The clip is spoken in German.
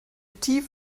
tief